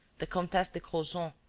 the comtesse de crozon,